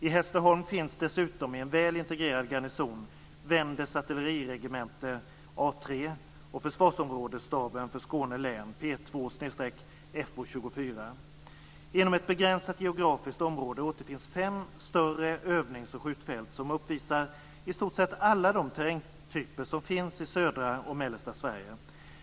I Hässleholm finns dessutom, i en väl integrerad garnison, Inom ett begränsat geografiskt område återfinns fem större övnings och skjutfält som uppvisar i stort sett alla de terrängtyper som finns i södra och mellersta Sverige.